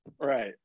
Right